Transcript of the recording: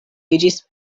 iĝis